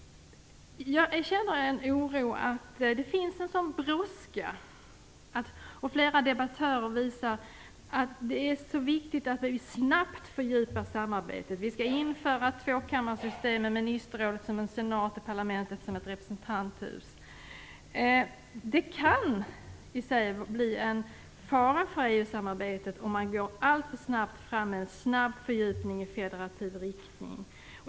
Jag känner en oro inför att det förekommer en sådan brådska i detta sammanhang. Flera debattörer anför att det är viktigt att snabbt fördjupa samarbetet. Det skall införas ett tvåkammarsystem med ministerrådet som en senat och parlamentet som ett representanthus. Det kan bli en fara för EU-samarbetet, om man går alltför snabbt fram med en snabb fördjupning i federativ riktning.